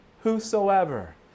whosoever